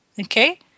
okay